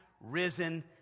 Risen